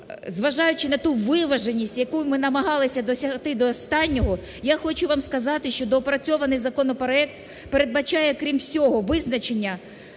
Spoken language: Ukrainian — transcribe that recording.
зважаючи на ту виваженість, якої ми намагалися досягти до останнього, я хочу вам сказати, що доопрацьований законопроект передбачає, крім всього, визначення...